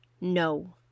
no